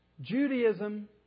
Judaism